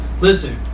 listen